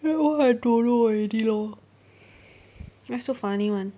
that one I don't know already lor why so funny [one]